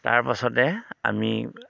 তাৰ পাছতে আমি